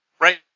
Right